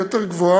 היא יותר גבוהה,